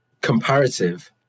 comparative